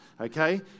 okay